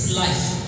life